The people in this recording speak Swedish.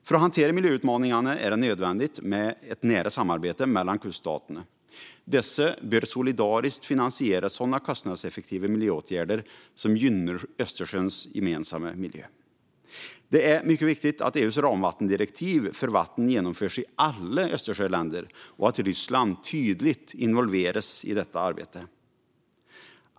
För att hantera miljöutmaningarna är det nödvändigt med ett nära samarbete mellan kuststaterna. Dessa bör solidariskt finansiera sådana kostnadseffektiva miljöåtgärder som gynnar Östersjöns gemensamma miljö. Det är mycket viktigt att EU:s ramdirektiv för vatten genomförs i alla Östersjöländer och att Ryssland tydligt involveras i detta arbete.